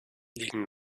liegen